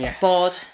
bored